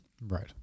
right